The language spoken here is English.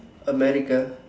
America